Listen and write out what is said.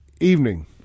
evening